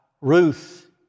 Ruth